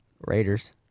Raiders